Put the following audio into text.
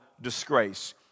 disgrace